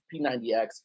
P90X